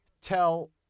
tell